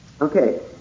Okay